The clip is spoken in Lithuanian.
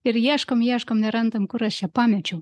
ir ieškom ieškom nerandam kur aš čia pamečiau